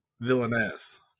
villainess